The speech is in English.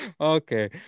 Okay